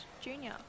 Junior